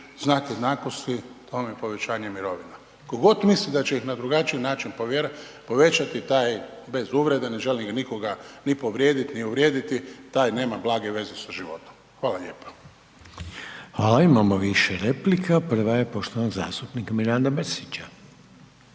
znak jednakosti i tome povećanje mirovina. Tko god misli da će ih na drugačiji način povećati, taj bez uvrede, ne želim nikoga ni povrijediti ni uvrijediti, taj nema blage veze sa životom. Hvala lijepa. **Reiner, Željko (HDZ)** Hvala. Imamo više replika. Prva je poštovanog zastupnika Miranda Mrsića.